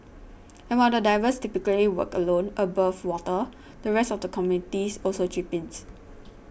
and while the divers typically work alone above water the rest of the communities also chips in